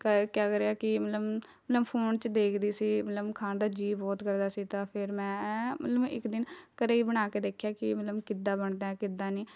ਕ ਕਿਆ ਕਰਿਆ ਕਿ ਮਤਲਬ ਮੈਂ ਫ਼ੋਨ 'ਚ ਦੇਖਦੀ ਸੀ ਮਤਲਬ ਖਾਣ ਦਾ ਜੀਅ ਬਹੁਤ ਕਰਦਾ ਸੀ ਤਾਂ ਫਿਰ ਮੈਂ ਮਤਲਬ ਮੈਂ ਇੱਕ ਦਿਨ ਘਰ ਹੀ ਬਣਾ ਕੇ ਦੇਖਿਆ ਕਿ ਮਤਲਬ ਕਿੱਦਾਂ ਬਣਦਾ ਕਿੱਦਾਂ ਨਹੀਂ